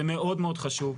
זה מאוד מאוד חשוב,